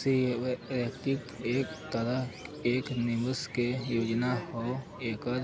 securities एक तरह एक निवेश के योजना हउवे एकरे